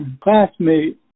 classmate